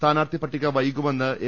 സ്ഥാനാർത്ഥി പട്ടിക വൈകുമെന്ന് എ